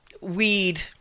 weed